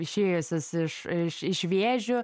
išėjusios iš iš iš vėžių